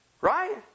Right